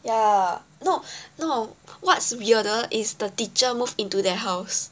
ya no no what's weirder is the teacher move into their house